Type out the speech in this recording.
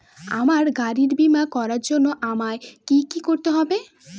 আমার গাড়ির বীমা করার জন্য আমায় কি কী করতে হবে?